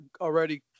already